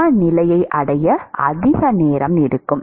சமநிலையை அடைய அதிக நேரம் எடுக்கும்